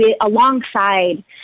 alongside